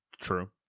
True